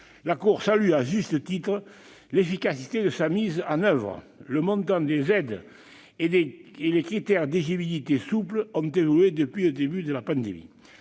La Cour salue, à juste titre, l'efficacité de sa mise en oeuvre. Le montant des aides et les critères d'éligibilité, souples, ont évolué depuis le début de la pandémie.